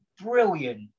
brilliant